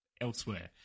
Elsewhere